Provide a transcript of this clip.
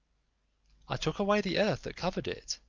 i took away the earth that covered it,